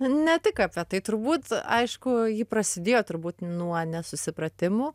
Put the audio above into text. ne tik apie tai turbūt aišku ji prasidėjo turbūt nuo nesusipratimų